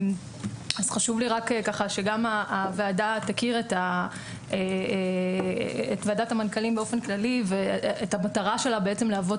חשוב לי שגם הוועדה תכיר את ועדת המנכ"לים באופן כללי ואת המטרה שלה להוות